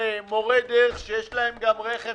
אותם מורי דרך שיש להם רכב